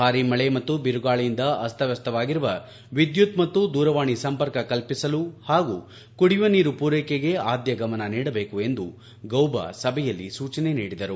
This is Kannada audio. ಭಾರಿ ಮಳೆ ಮತ್ತು ಬಿರುಗಾಳಿಯಿಂದ ಅಸ್ತವ್ಯಸ್ತವಾಗಿರುವ ವಿದ್ಯುತ್ ಮತ್ತು ದೂರವಾಣಿ ಸಂಪರ್ಕ ಕಲ್ಪಿಸಲು ಪಾಗೂ ಕುಡಿಯುವ ನೀರು ಮೂರೈಕೆಗೆ ಆದ್ಯ ಗಮನ ನೀಡಬೇಕು ಎಂದು ಗೌಬ ಸಭೆಯಲ್ಲಿ ಸೂಚನೆ ನೀಡಿದರು